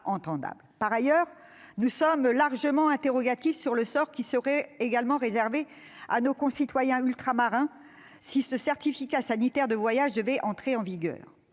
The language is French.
Par ailleurs, nous nous interrogeons fortement sur le sort qui serait réservé à nos concitoyens ultramarins si ce certificat sanitaire de voyage devait entrer en vigueur.